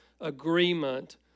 agreement